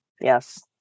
Yes